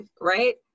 right